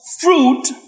fruit